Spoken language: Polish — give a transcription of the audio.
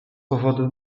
powodu